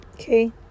Okay